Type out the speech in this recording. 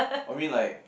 I'll mean like